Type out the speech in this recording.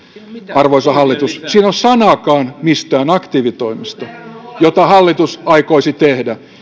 arvoisa hallitus ole sanaakaan mistään aktiivitoimista joita hallitus aikoisi tehdä